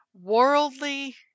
Worldly